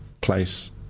place